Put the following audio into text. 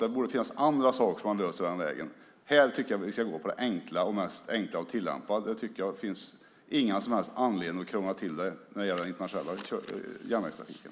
Det borde finnas andra saker som man löser den vägen. Här tycker jag att vi ska gå på det som är enklast att tillämpa. Jag tycker inte att det finns någon som helst anledning att krångla till det när det gäller den internationella järnvägstrafiken.